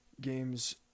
games